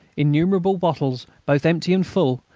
innumerable bottles, both empty and full,